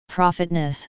Profitness